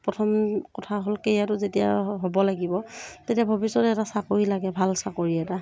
প্ৰথম কথা হ'ল কি ইয়াতো যেতিয়া হ'ব লাগিব তেতিয়া ভৱিষ্যতে এটা চাকৰি লাগে ভাল চাকৰি এটা